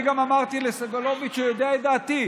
אני גם אמרתי לסגלוביץ', הוא יודע את דעתי.